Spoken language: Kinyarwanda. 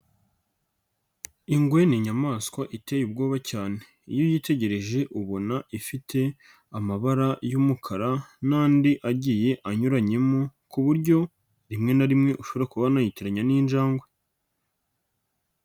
Ingwe ni inyamaswa iteye ubwoba cyane iyo uyitegereje ubona ifite amabara y'umukara n'andi agiye anyuranyemo ku buryo rimwe na rimwe ushobora kuba wanayitiranya n'injangwe.